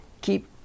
keep